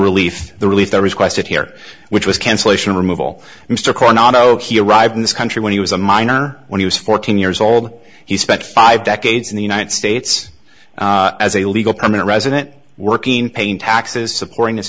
relief the relief there is question here which was cancellation of removal mr corn otto he arrived in this country when he was a minor when he was fourteen years old he spent five decades in the united states as a legal permanent resident working paying taxes supporting his